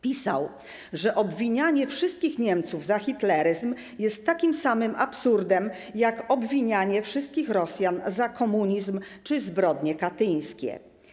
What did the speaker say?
Pisał, że obwinianie wszystkich Niemców za hitleryzm jest takim samym absurdem, jak obwinianie wszystkich Rosjan za komunizm czy zbrodnie katyńskie.